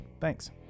Thanks